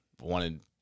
wanted